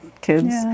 kids